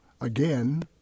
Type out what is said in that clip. Again